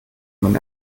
man